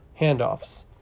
handoffs